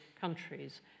countries